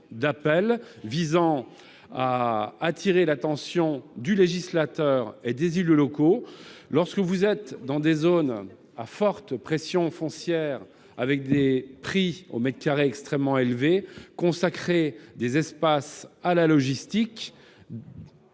d'appel visant à attirer l'attention du législateur et des élus locaux. Dans les zones à forte pression foncière, où le prix du mètre carré est extrêmement élevé, consacrer des espaces à la logistique